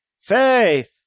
faith